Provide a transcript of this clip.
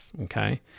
okay